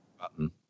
button